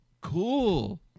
cool